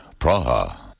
Praha